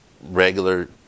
regular